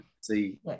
see